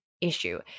issue